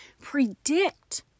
predict